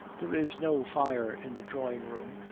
there is no fire in the drawing-room,